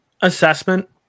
assessment